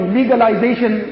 legalization